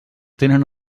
tenen